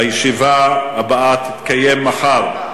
הישיבה הבאה תתקיים מחר,